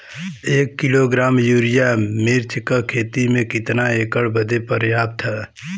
एक kilogram urea मिर्च क खेती में कितना एकड़ बदे पर्याप्त ह?